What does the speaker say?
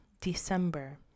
December